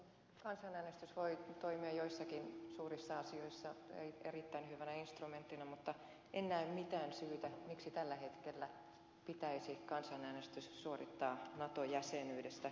kansanäänestys voi toimia joissakin suurissa asioissa erittäin hyvänä instrumenttina mutta en näe mitään syytä miksi tällä hetkellä pitäisi kansanäänestys suorittaa nato jäsenyydestä